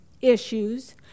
issues